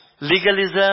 legalism